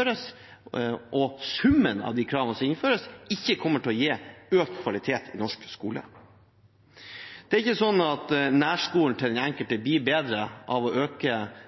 at summen av de kravene som nå innføres, ikke kommer til å gi økt kvalitet i norsk skole. Det er ikke sånn at nærskolen til den enkelte blir bedre av at man øker karakterkravene. Det er ikke sånn at den blir bedre av å